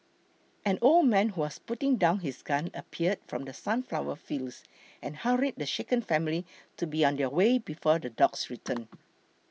an old man who was putting down his gun appeared from the sunflower fields and hurried the shaken family to be on their way before the dogs return